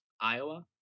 Iowa